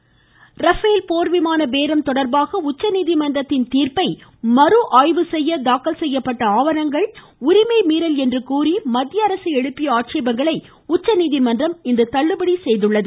பேல் போர்விமான பேரம் தொடர்பாக உச்சநீதிமன்றத்தின் தீர்ப்பை மறுஆய்வு செய்ய தாக்கல் செய்யப்பட்ட ஆவணங்கள் உரிமைமீறல் என்று கூறி மத்திய அரசு எழுப்பிய ஆட்சேபங்களை உச்சநீதிமன்றம் இன்று தள்ளுபடி செய்துள்ளது